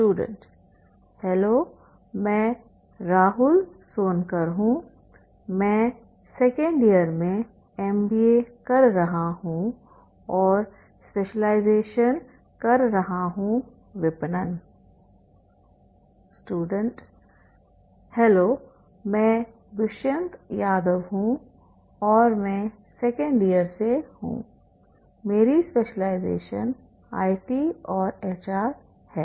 student hello मैं राहुल सोनकर हूं मैं 2nd इयर में MBA कर रहा हूं और स्पेशलाइजेशन कर रहा हूं विपणन स्टूडेंट हेलो मैं दुष्यंत यादव हूं और मैं 2nd ईयर से हूं मेरी स्पेशलाइजेशन आईटी और एचआर है